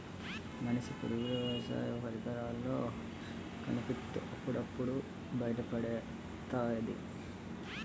మనిషి పరుగులు వ్యవసాయ పరికరాల్లో కనిపిత్తు అప్పుడప్పుడు బయపెడతాది